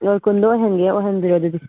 ꯑꯣ ꯀꯨꯟꯗꯣ ꯑꯣꯏꯍꯟꯒꯦ ꯑꯣꯏꯍꯟꯕꯤꯔꯣ ꯑꯗꯨꯗꯤ